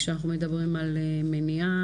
כשאנחנו מדברים על מניעה,